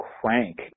crank